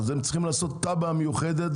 אז הם צריכים לעשות תב"ע מיוחדת,